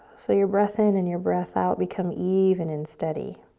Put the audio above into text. so your breath in and your breath out become even and steady.